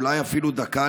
ואולי אפילו דקה,